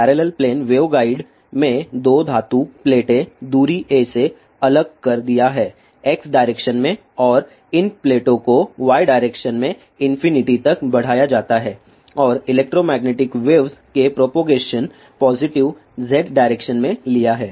parallel plane waveguide में दो धातु प्लेटें दूरी a से अलग कर दिया हैं x डायरेक्शन में और इन प्लेटों को y डायरेक्शन में इंफिनिटी तक बढ़ाया जाता है और इलेक्ट्रोमैग्नेटिक वेव्स के प्रोपोगेशन की डायरेक्शन पॉजिटिव z डायरेक्शन में लिया हैं